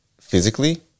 physically